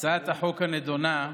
הצעת החוק הנדונה,